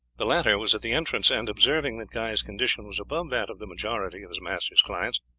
the latter was at the entrance, and, observing that guy's condition was above that of the majority of his master's clients,